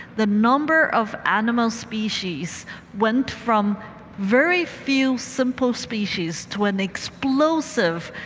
the number of animal species went from very few simple species to an explosive